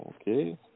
Okay